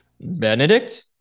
Benedict